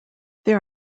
there